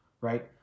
right